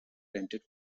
rented